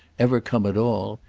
ever come at all,